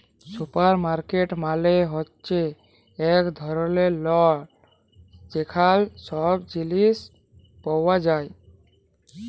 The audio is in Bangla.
সুপারমার্কেট মালে হ্যচ্যে এক ধরলের ল যেখালে সব জিলিস পাওয়া যায়